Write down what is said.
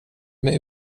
mig